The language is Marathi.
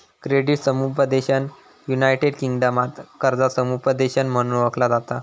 क्रेडिट समुपदेशन युनायटेड किंगडमात कर्जा समुपदेशन म्हणून ओळखला जाता